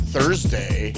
Thursday